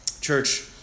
Church